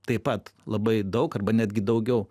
taip pat labai daug arba netgi daugiau